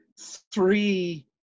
three